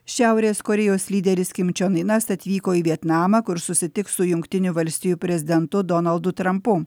šiaurės korėjos lyderis kim čion inas atvyko į vietnamą kur susitiks su jungtinių valstijų prezidentu donaldu trampu